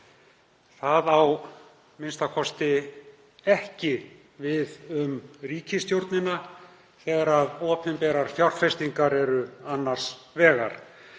Það á a.m.k. ekki við um ríkisstjórnina þegar opinberar fjárfestingar eru annars vegar.